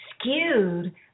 skewed